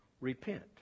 repent